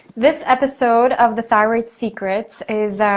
this episode of the thyroid secret is,